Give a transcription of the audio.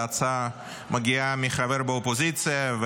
ההצעה מגיעה מחבר באופוזיציה,